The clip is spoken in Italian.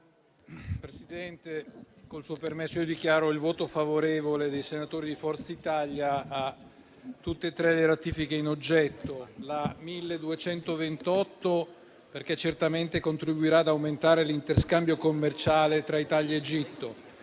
Presidente, con il suo permesso, dichiaro il voto favorevole dei senatori del Gruppo di Forza Italia a tutti e tre i disegni di legge di ratifica in oggetto, il n. 1228 perché certamente contribuirà ad aumentare l'interscambio commerciale tra Italia ed Egitto,